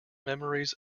memories